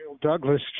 Douglas